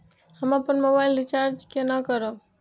हम अपन mobile recharge केना करब?